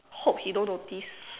hope he don't notice